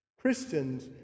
Christians